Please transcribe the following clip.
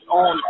on